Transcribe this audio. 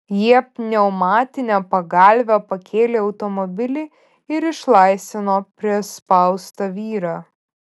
jie pneumatine pagalve pakėlė automobilį ir išlaisvino prispaustą vyrą